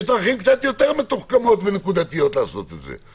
יש דרכים קצת יותר מתוחכמות ונקודתיות לעשות את זה.